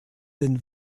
denn